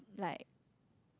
like